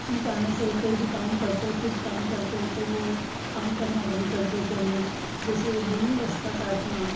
छींक आने से वो कोई भी काम करते वो शुभ काम करते हैं तो वो काम करना बंद कर देते हैं जैसे बिल्ली रस्ता काटना